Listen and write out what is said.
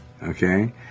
Okay